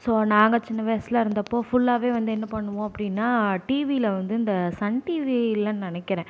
so நாங்கள் சின்ன வயதுல இருந்தப்போ ஃபுல்லாவே வந்து என்ன பண்ணுவோம் அப்படின்னா டிவியில வந்து இந்த சன் டிவியிலன்னு நினைக்கிறன்